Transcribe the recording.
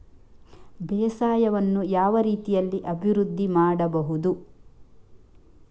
ಬೇಸಾಯವನ್ನು ಯಾವ ರೀತಿಯಲ್ಲಿ ಅಭಿವೃದ್ಧಿ ಮಾಡಬಹುದು?